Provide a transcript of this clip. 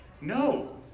No